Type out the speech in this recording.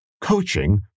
coaching